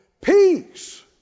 Peace